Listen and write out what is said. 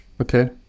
Okay